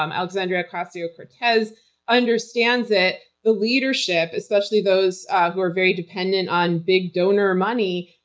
um alexandria ocasio-cortez understands it. the leadership, especially those who are very dependent on big donor money,